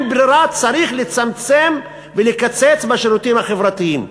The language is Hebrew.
ברירה וצריך לצמצם ולקצץ בשירותים החברתיים.